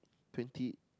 twenty